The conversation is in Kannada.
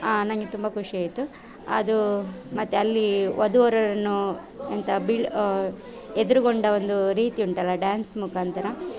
ನನಗೆ ತುಂಬ ಖುಷಿ ಆಯಿತು ಅದು ಮತ್ತು ಅಲ್ಲಿ ವಧು ವರರನ್ನು ಎಂತ ಬೀಳ್ ಎದುರುಗೊಂಡ ಒಂದು ರೀತಿ ಉಂಟಲ್ಲ ಡ್ಯಾನ್ಸ್ ಮುಖಾಂತರ